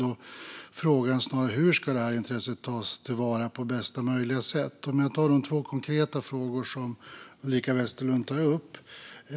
Frågan är snarare hur detta intresse ska tas till vara på bästa möjliga sätt. Låt mig ta de konkreta frågor som Ulrika Westerlund ställer.